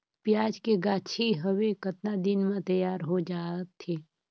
पियाज के गाछी हवे कतना दिन म तैयार हों जा थे?